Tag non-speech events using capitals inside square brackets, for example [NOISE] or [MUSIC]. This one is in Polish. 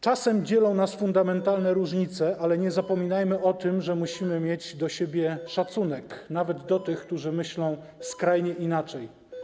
Czasem dzielą nas fundamentalne różnice, [NOISE] ale nie zapominajmy o tym, że musimy mieć do siebie szacunek, nawet do tych, którzy myślą skrajnie inaczej.